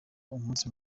umunsi